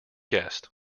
guest